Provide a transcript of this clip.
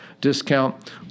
discount